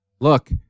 look